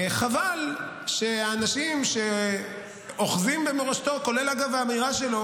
חבל שהאנשים שאוחזים במורשתו, כולל אגב האמירה שלו